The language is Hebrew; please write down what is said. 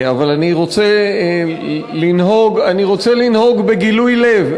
אבל אני רוצה לנהוג בגילוי לב,